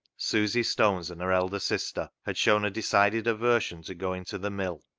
susy stones and her elder sister had shown a decided aversion to going to the mill,